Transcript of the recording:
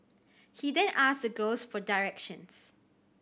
he then asked the girls for directions